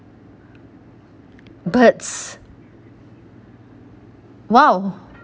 birds !wow!